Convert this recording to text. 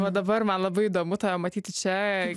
va dabar man labai įdomu tave matyti čia